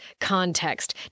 context